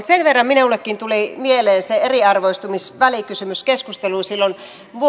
sen verran minullekin tuli mieleen se eriarvoistumisvälikysymyskeskustelu silloin